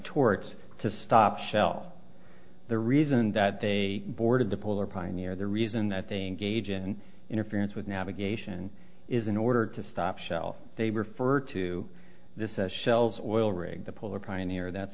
torts to stop shell the reason that they boarded the polar pioneer the reason that they engage in interference with navigation is in order to stop shell they refer to this as shells oil rig the polar pioneer that's